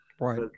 right